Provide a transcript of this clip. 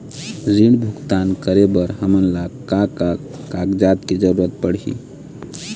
ऋण भुगतान करे बर हमन ला का का कागजात के जरूरत पड़ही?